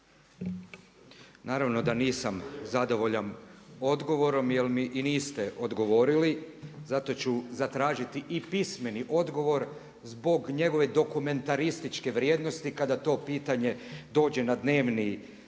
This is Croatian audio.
Naravno da nisam zadovoljan odgovorom jer mi i niste odgovorili, zato ću zatražiti i pismeni odgovor zbog njegove dokumentarističke vrijednosti kada to pitanje dođe na dnevni